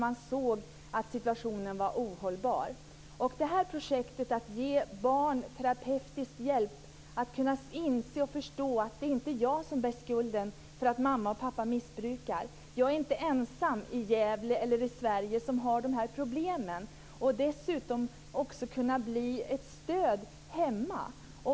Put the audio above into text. Man såg att situationen var ohållbar. Projektet går ut på att ge barn terapeutisk hjälp, så att de skall kunna inse och förstå att det inte är de som bär skulden till att mamma och pappa missbrukar. Jag är inte ensam i Gävle eller i Sverige som har de här problemen. Dessutom kan de bli ett stöd hemma.